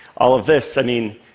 all of this i mean,